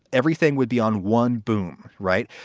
everything would be on one boom, right.